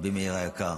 רבי מאיר היקר.